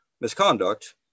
misconduct